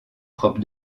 propre